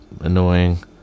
annoying